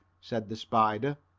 said the spider,